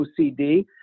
OCD